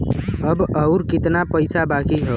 अब अउर कितना पईसा बाकी हव?